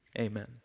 amen